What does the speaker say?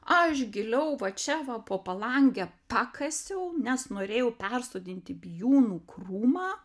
aš giliau va čia va po palange pakasiau nes norėjau persodinti bijūnų krūmą